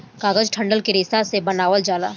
कागज डंठल के रेशा से बनावल जाला